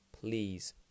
please